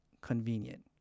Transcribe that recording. convenient